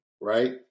right